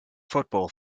football